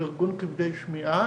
ארגון כבדי שמיעה.